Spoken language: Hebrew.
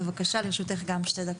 בבקשה לרשותך גם שתי דקות.